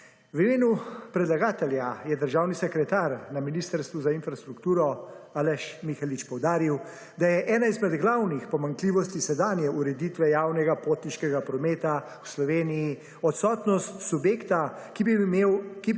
(Nadaljevanje) je državni sekretar na Ministrstvu za infrastrukturo Aleš Mihelič poudaril, da je ena izmed glavnih pomanjkljivosti sedanje ureditve javnega potniškega prometa v Sloveniji odsotnost subjekta, ki bi imel